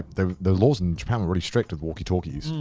the the laws in japan were really strict with walkie talkies.